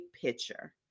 picture